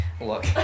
look